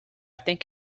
think